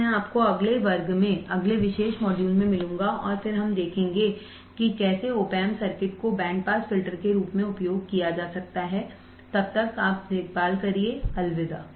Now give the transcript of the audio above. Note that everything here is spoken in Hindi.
तो मैं आपको अगले वर्ग में अगले विशेष मॉड्यूल में मिलूंग और फिर हम देखेंगे कि कैसे opamps सर्किट को बैंड पास फिल्टर के रूप में उपयोग किया जा सकता है तब तक देखभाल करिए अलविदा